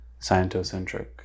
scientocentric